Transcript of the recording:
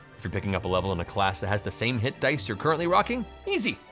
if you're picking up a level in a class that has the same hit dice you're currently rocking, easy,